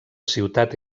ciutat